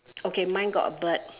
okay mine got a bird